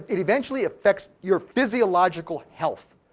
it eventually affects your physiological health.